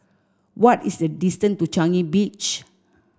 what is the distance to Changi Beach